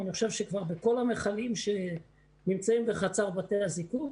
אני חושב שכבר בכל מכלים שנמצאים בחצר בתי הזיקוק.